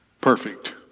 perfect